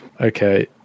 Okay